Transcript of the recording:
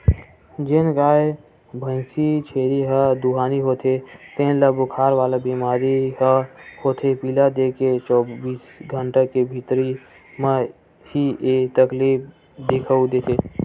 जेन गाय, भइसी, छेरी ह दुहानी होथे तेन ल बुखार वाला बेमारी ह होथे पिला देके चौबीस घंटा के भीतरी म ही ऐ तकलीफ दिखउल देथे